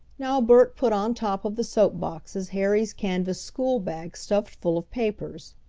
now bert put on top of the soap boxes harry's canvas schoolbag stuffed full of papers.